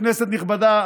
כנסת נכבדה,